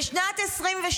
בשנת 2022